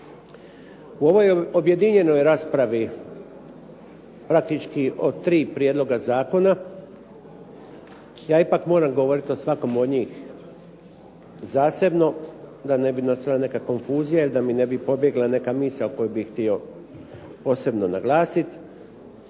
U ovoj objedinjenoj raspravi praktički od tri prijedloga zakona ja ipak moram govoriti o svakom od njih zasebno da ne bi nastala neka konfuzija ili da mi ne bi pobjegla neka misao koju bih htio posebno naglasiti.